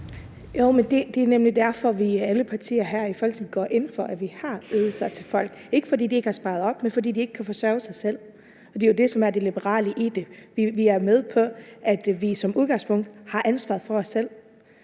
nemlig derfor, vi i alle partier her i Folketinget går ind for, at vi har ydelser til folk. Det er ikke, fordi de ikke har sparet op, men fordi de ikke kan forsørge sig selv. Det er jo det, som er det liberale i det. Vi er med på, at vi som udgangspunkt har ansvaret for os selv.